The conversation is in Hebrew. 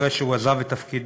אחרי שהוא עזב את תפקידו,